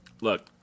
Look